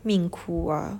命苦 ah